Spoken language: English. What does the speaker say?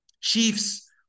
Chiefs